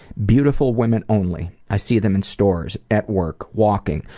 beautiful women only. i see them in stores, at work, walking,